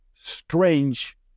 strange